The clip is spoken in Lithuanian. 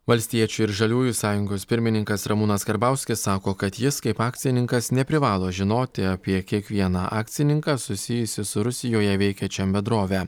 valstiečių ir žaliųjų sąjungos pirmininkas ramūnas karbauskis sako kad jis kaip akcininkas neprivalo žinoti apie kiekvieną akcininką susijusį su rusijoje veikiančia bendrove